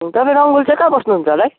तपाईँ रङ्बुल चाहिँ कहाँ बस्नुहुन्छ होला है